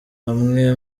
bamwe